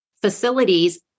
facilities